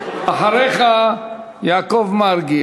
אחריך, יעקב מרגי.